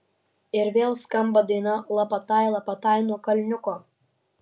ir vėl skamba daina lapatai lapatai nuo kalniuko